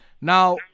Now